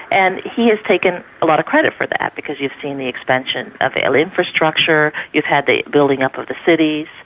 and he has taken a lot of credit for that because you've seen the extension of infrastructure, you've had the building up of the cities.